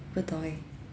不懂哦